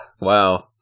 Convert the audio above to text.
Wow